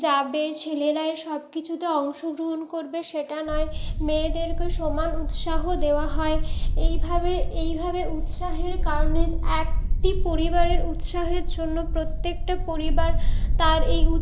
যাবে ছেলেরাই সব কিছুতে অংশগ্রহণ করবে সেটা নয় মেয়েদেরকে সমান উৎসাহ দেওয়া হয় এইভাবে এইভাবে উৎসাহের কারণে একটি পরিবারের উৎসাহের জন্য প্রত্যেকটা পরিবার তার এই